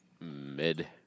Mid